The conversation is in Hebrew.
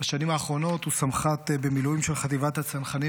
בשנים האחרונות הוא סמח"ט במילואים של חטיבת הצנחנים